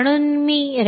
म्हणून ती readme